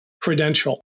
credential